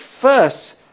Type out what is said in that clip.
first